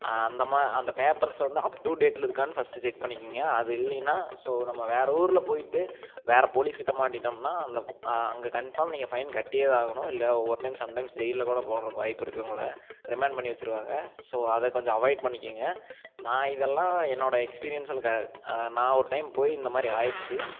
அந்த மா அந்த பேப்பர்ஸை வந்து அப் டூ டேட்டில் இருக்கான்னு ஃபர்ஸ்ட்டு செக் பண்ணிக்கோங்க அது இல்லைன்னா ஸோ நம்ம வேறு ஊரில் போய்விட்டு வேறு போலீஸ்கிட்டே மட்டிட்டோம்னா அந்த பு அங்கே கன்ஃபார்ம் நீங்கள் ஃபைன் கட்டியே தான் ஆகணும் இல்லை ஒவ்வொரு டைம் சம் டைம் ஜெயிலில் கூட போடுகிறக்கு வாய்ப்பிருக்குது உங்களை ரிமாண்ட் பண்ணி வெச்சுருவாங்க ஸோ அதை கொஞ்சம் அவாய்ட் பண்ணிக்கோங்க நான் இதெல்லாம் என்னோட எக்ஸ்பீரியன்ஸுசில் க நான் ஒரு டைம் போய் இந்த மாதிரி ஆகிடுச்சி